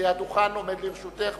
הדוכן עומד לרשותך.